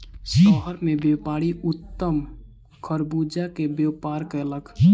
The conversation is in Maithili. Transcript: शहर मे व्यापारी उत्तम खरबूजा के व्यापार कयलक